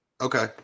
Okay